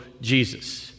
Jesus